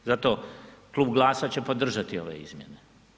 Zato klub GLAS-a će podržati ove izmjene.